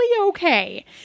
okay